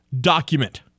document